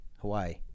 Hawaii